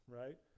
right